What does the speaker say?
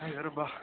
हाए ओ रब्बा